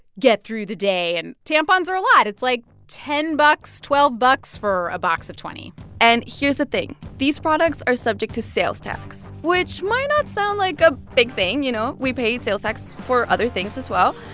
get through the day. and tampons are a lot. it's, like, ten bucks, twelve bucks for a box of twenty point and here's the thing. these products are subject to sales tax, which might not sound like a big thing. you know, we pay sales tax for other things as well.